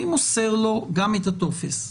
גם את הטופס,